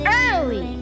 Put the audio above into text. early